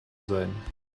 sein